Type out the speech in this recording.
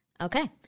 Okay